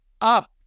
up